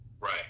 Right